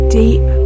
deep